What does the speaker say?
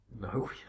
No